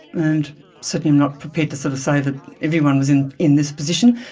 and certainly i'm not prepared to sort of say that everyone was in in this position,